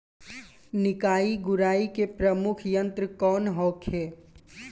निकाई गुराई के प्रमुख यंत्र कौन होखे?